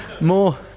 More